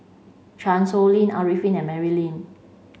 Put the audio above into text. Chan Sow Lin Arifin and Mary Lim